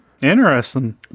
Interesting